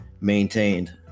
maintained